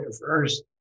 first